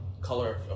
color